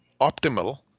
optimal